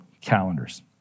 calendars